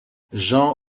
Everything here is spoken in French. jean